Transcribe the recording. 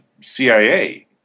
CIA